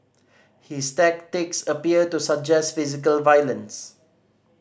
his tactics appear to suggest physical violence